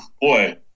Boy